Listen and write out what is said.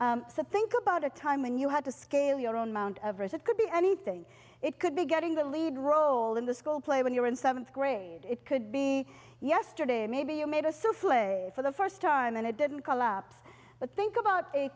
some think about a time when you had to scale your own mount everest it could be anything it could be getting the lead role in the school play when you were in seventh grade it could be yesterday maybe you made a self way for the first time and it didn't collapse but think about a